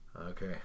Okay